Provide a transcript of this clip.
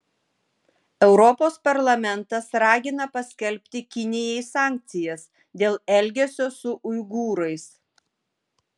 europos parlamentas ragina paskelbti kinijai sankcijas dėl elgesio su uigūrais